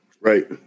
Right